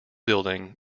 building